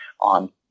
on